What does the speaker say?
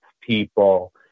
people